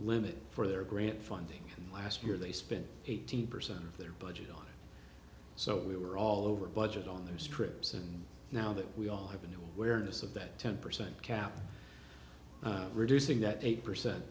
limit for their grant funding and last year they spent eighteen percent of their budget on so we were all over budget on their scripts and now that we all have a new awareness of that ten percent cap reducing that eight percent